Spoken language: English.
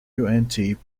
proteins